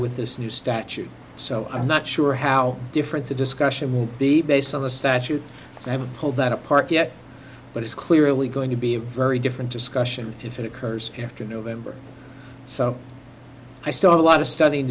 with this new statute so i'm not sure how different the discussion will be based on the statute i would hold that apart yet but it's clearly going to be a very different discussion if it occurs after november so i start a lot of studying